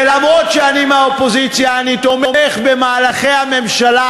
ואף שאני מהאופוזיציה אני תומך במהלכי הממשלה